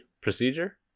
Procedure